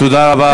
תודה רבה.